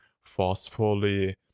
forcefully